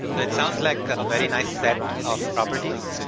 it sounds like a very nice set of properties,